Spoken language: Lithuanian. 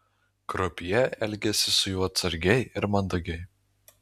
krupjė elgėsi su juo atsargiai ir mandagiai